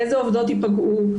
איזה עובדות ייפגעו,